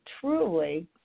truly